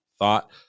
Thought